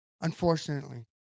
unfortunately